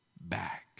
back